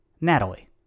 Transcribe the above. Natalie